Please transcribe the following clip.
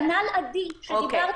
כנ"ל לגבי "עדי" שעובד